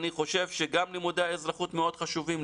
אני חושב שגם לימודי אזרחות מאוד חשובים,